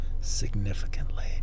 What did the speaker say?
significantly